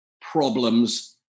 problems